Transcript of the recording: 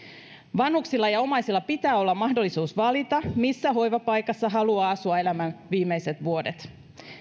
vanhuksilla ja omaisilla pitää olla mahdollisuus valita missä hoivapaikassa haluaa asua elämän viimeiset vuodet